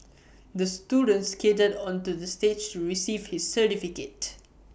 the student skated onto the stage receive his certificate